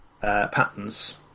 patterns